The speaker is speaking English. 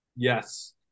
Yes